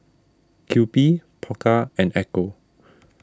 Kewpie Pokka and Ecco